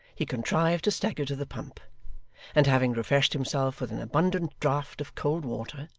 he contrived to stagger to the pump and having refreshed himself with an abundant draught of cold water,